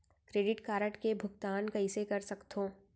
Credit card के भुगतान कइसने कर सकथो?